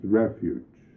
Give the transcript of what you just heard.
refuge